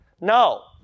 No